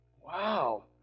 wow